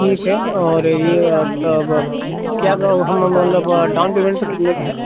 ठीक है और यह तब क्या भाव हम मतलब डाउन पेमेन्ट कितने पर है